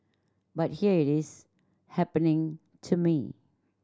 but here it is happening to me